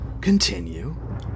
Continue